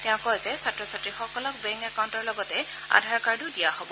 তেওঁ কয় যে ছাত্ৰ ছাত্ৰীসকলক বেংক একাউণ্টৰ লগতে আধাৰ কাৰ্ডো দিয়া হব